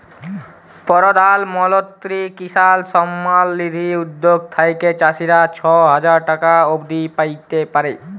পরধাল মলত্রি কিসাল সম্মাল লিধি উদ্যগ থ্যাইকে চাষীরা ছ হাজার টাকা অব্দি প্যাইতে পারে